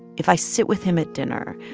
if i sit with him at dinner,